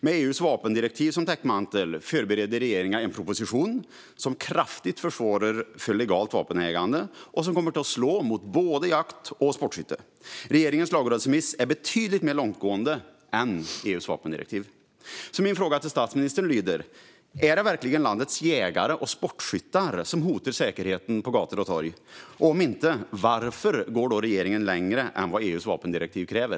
Med EU:s vapendirektiv som täckmantel förbereder regeringen en proposition som kraftigt kommer att försvåra legalt vapenägande och som kommer att slå mot både jakt och sportskytte. Regeringens lagrådsremiss är betydligt mer långtgående än EU:s vapendirektiv. Är det verkligen landets jägare och sportskyttar, statsministern, som hotar säkerheten på gator och torg? Om inte, varför går regeringen längre än vad EU:s vapendirektiv kräver?